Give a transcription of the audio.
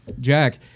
Jack